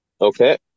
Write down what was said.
Okay